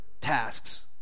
tasks